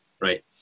right